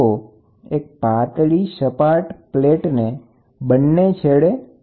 તો એક પાતળી સપાટ પ્લેટને બંને છેડે જોડી દેવામાં આવે છે